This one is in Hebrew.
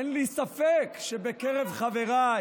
פסילה אוטומטית